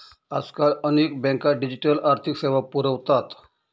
आजकाल अनेक बँका डिजिटल आर्थिक सेवा पुरवतात